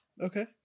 Okay